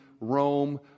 Rome